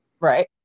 right